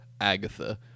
Agatha